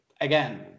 again